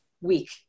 week